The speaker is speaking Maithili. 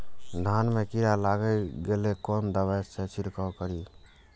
धान में कीरा लाग गेलेय कोन दवाई से छीरकाउ करी?